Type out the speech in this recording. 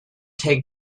take